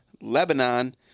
Lebanon